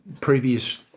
previous